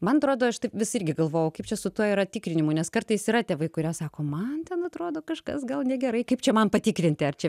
man atrodo aš taip vis irgi galvojau kaip čia su tuo yra tikrinimu nes kartais yra tėvai kurie sako man ten atrodo kažkas gal negerai kaip čia man patikrinti ar čia